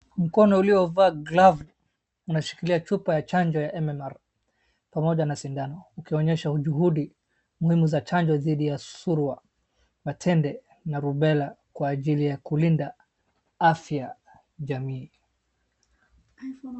Mkono uliovaa glavu unashikilia chupa ya chanjo ya MMR pamoja na sindano ukionyesha juhudi muhimu za chanjo dhidi ya surua, matende na rubela kwa ajili ya kulinda afya jamii.